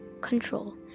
control